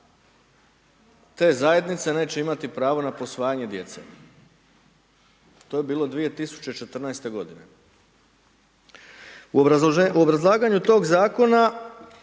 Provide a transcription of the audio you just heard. te zajednice neće imati pravo na posvajanje djece. To je bilo 2014. godine. U obrazlaganju tog Zakona,